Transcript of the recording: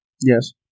Yes